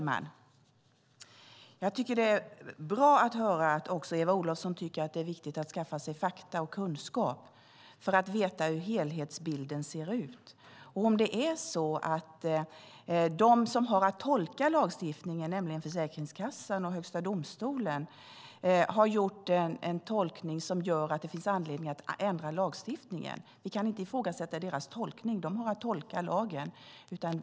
Herr talman! Det är bra att höra att också Eva Olofsson tycker att det är viktigt att skaffa sig fakta och kunskap för att veta hur helhetsbilden ser ut. Frågan är om de som har att tolka lagstiftningen, Försäkringskassan och Högsta förvaltningsdomstolen, har gjort en tolkning som gör att det finns anledning att ändra lagstiftningen. Vi kan inte ifrågasätta deras tolkning; de har att tolka lagen.